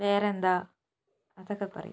വേറെന്താ അതൊക്കെ പറയും